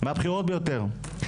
מהבכירות ביותר.